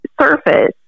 surface